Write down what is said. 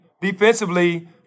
defensively